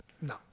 No